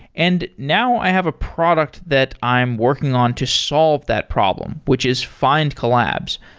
and now i have a product that i'm working on to solve that problem, which is findcollabs.